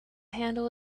handle